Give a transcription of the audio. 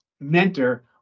mentor